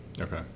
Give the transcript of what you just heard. Okay